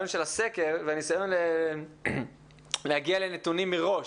הרעיון של הסקר והניסיון להגיע לנתונים מראש.